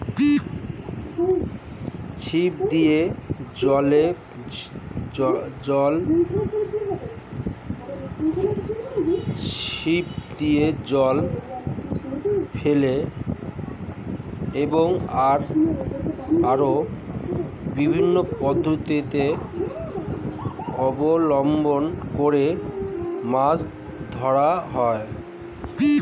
ছিপ দিয়ে, জাল ফেলে এবং আরো বিভিন্ন পদ্ধতি অবলম্বন করে মাছ ধরা হয়